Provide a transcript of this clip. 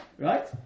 Right